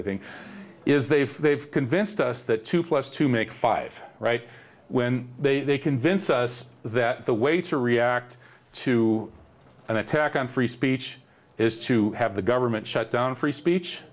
i think is they've they've convinced us that two plus two make five right when they they convince us that the way to react to an attack on free speech is to have the government shutdown free speach